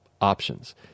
options